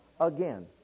again